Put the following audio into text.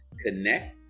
Connect